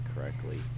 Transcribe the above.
correctly